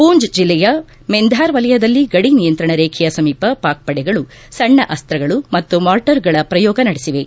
ಪೂಂಜ್ ಜಿಲ್ಲೆಯ ಮೆಂಧಾರ್ ವಲಯದಲ್ಲಿ ಗಡಿ ನಿಯಂತ್ರಣ ರೇಖೆಯ ಸಮೀಪ ಪಾಕ್ ಪಡೆಗಳು ಸಣ್ಣ ಅಸ್ತಗಳು ಮತ್ತು ಮಾರ್ಟರ್ಗಳ ಪ್ರಯೋಗ ನಡೆಸಿವೆ